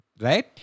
Right